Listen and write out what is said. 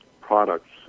products